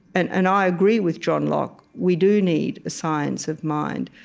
and and i agree with john locke. we do need a science of mind.